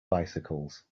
bicycles